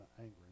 angry